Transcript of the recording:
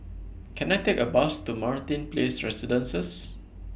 Can I Take A Bus to Martin Place Residences